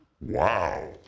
Wow